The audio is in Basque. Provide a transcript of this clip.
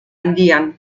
handian